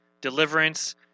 deliverance